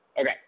Okay